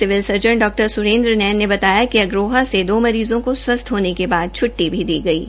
civil surgeon डॉ सुरेन्द्र नैन ने बताया कि अग्रोहा से दो मरीज़ों का स्वस्थ होने के बाद छ्टटी भी दी गई है